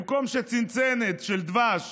במקום שצנצנת דבש